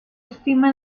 estima